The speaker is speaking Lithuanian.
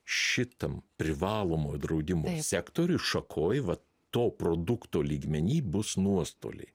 šitam privalomojo draudimo sektoriuj šakoj va to produkto lygmeny bus nuostoliai